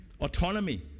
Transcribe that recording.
Autonomy